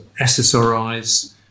SSRIs